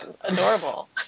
adorable